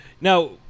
Now